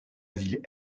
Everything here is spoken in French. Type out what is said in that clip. ville